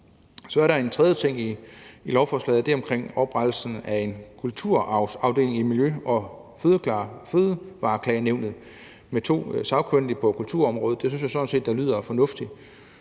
Så er der en tredje ting i lovforslaget, og det er oprettelsen af en kulturarvsafdeling i Miljø- og Fødevareklagenævnet med to sagkyndige på kulturområdet. Det synes jeg sådan set lyder fornuftigt.